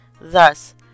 Thus